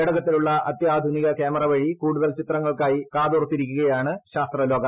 പേടകത്തിലുള്ള അത്യാധുനിക കൃാമറ വഴി കൂടുതൽ ചിത്രങ്ങൾക്കായി കാതോർത്തിരിക്കുകയാണ് ശാസ്ത്രലോകം